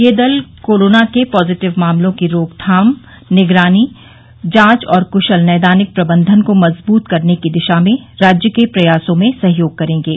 ये दल कोरोना के पॉजिटिव मामलों की रोकथाम निगरानी जांच और क्शल नैदानिक प्रबंधन को मजबूत करने की दिशा में राज्य के प्रयासों में सहयोग करेंगे